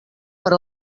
per